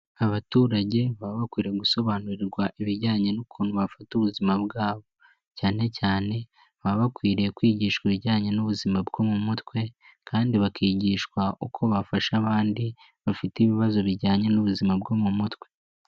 Abaturage baba bakwiriye gusobanurirwa ibijyanye n'ukuntu bafata ubuzima bwabo, cyane cyane baba bakwiriye kwigishwa ibijyanye n'ubuzima bwo mu mutwe kandi bakigishwa uko bafasha abandi bafite ibibazo bijyanye n'ubuzima bwo mu mutwe.